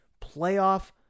Playoff